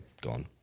gone